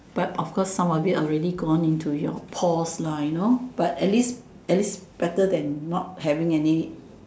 but of course some of it already gone into your paws lah you know but at least at least better than not having any